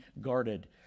guarded